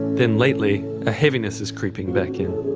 then lately a heaviness is creeping back in,